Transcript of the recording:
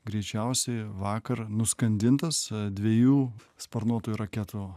greičiausiai vakar nuskandintas dviejų sparnuotųjų raketų